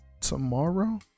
tomorrow